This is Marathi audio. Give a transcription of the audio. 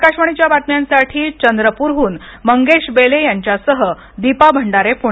आकाशवाणी बातम्यांसाठी चंद्रपूरहून मंगेश बेले यांच्यासह दीपा भंडारे पुणे